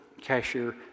cashier